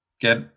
Get